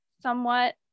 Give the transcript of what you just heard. somewhat